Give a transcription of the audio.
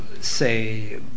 say